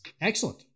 Excellent